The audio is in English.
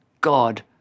God